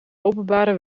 openbare